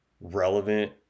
relevant